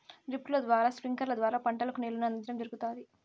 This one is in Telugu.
డ్రిప్పుల ద్వారా స్ప్రింక్లర్ల ద్వారా పంటలకు నీళ్ళను అందించడం జరుగుతాది